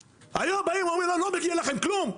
היום באים ואומרים לנו לא מגיע לכם כלום?